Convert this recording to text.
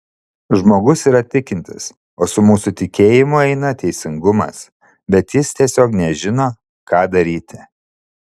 žmogus yra tikintis o su mūsų tikėjimu eina teisingumas bet jis tiesiog nežino ką daryti